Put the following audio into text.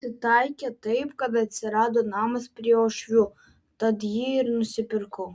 pasitaikė taip kad atsirado namas prie uošvių tad jį ir nusipirkau